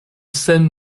sen